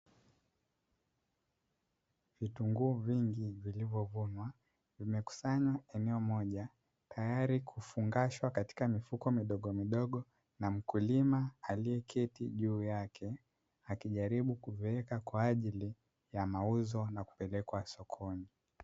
Vitunguu vingi vilivyovunwa, vimekusanywa eneo moja, tayari kufungashwa katika mifuko midogomidogo na mkulima aliyeketi juu yake, akijaribu kuviweka kwa ajili ya mauzo na kupelekwa sokoni.